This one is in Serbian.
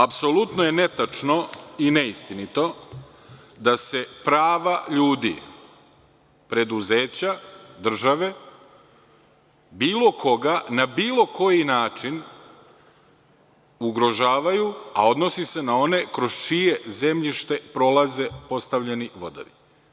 Apsolutno je netačno i neistinito da se prava ljudi, preduzeća, države, bilo koga, na bilo koji način ugrožavaju, a odnosi se na one kroz čije zemljište prolaze postavljeni vodovi.